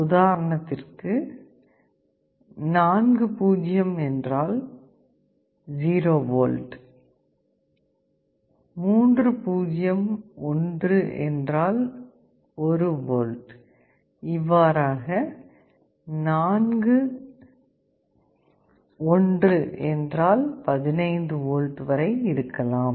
உதாரணத்திற்கு 0000 என்றால் 0 வோல்ட் 0001 என்றால் 1 வோல்ட் இவ்வாறாக 1111 என்றால்15 வோல்ட் வரை இருக்கலாம்